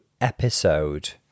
episode